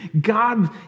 God